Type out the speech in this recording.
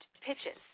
pitches